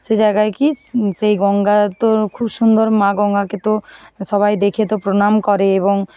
সে জায়গায় কি সেই গঙ্গা তো খুব সুন্দর মা গঙ্গাকে তো সবাই দেখে তো প্রণাম করে এবং